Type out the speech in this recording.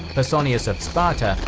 pausaunias of sparta,